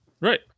Right